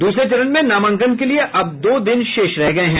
दूसरे चरण में नामांकन के लिए अब दो दिन शेष रह गये हैं